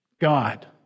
God